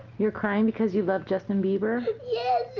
you're crying because you love justin bieber? yeah